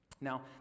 Now